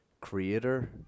creator